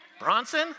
Bronson